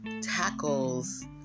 tackles